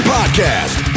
Podcast